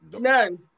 None